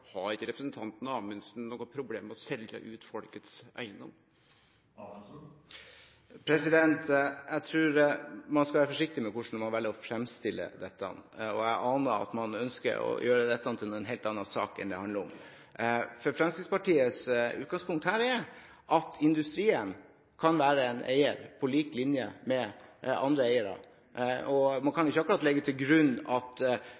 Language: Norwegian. Har ikkje representanten Amundsen noko problem med å selje ut folkets eigedom? Jeg tror man skal være forsiktig med hvordan man velger å fremstille dette. Jeg aner at man ønsker å gjøre dette til en helt annen sak enn det dette handler om. Fremskrittspartiets utgangspunkt her er at industrien kan være eier, på lik linje med andre eiere. Man kan ikke legge til grunn at